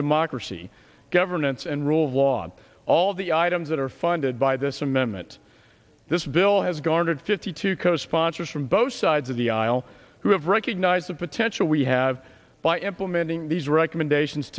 democracy governance and rule of law all of the items that are funded by this amendment this bill has garnered fifty two co sponsors from both sides of the aisle who have recognized the potential we have by implementing these recommendations